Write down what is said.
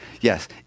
yes